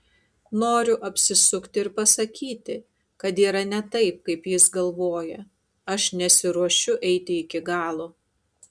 noriu apsisukti ir pasakyti kad yra ne taip kaip jis galvoja aš nesiruošiu eiti iki galo